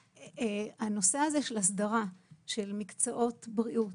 הנושא הזה של הסדרה של מקצועות בריאות